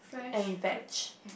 and veg